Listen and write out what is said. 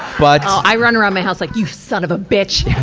but well, i run around my house like, you son of a bitch!